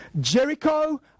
Jericho